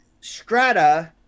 strata